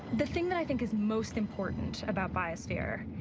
the thing that i think is most important about biosphere,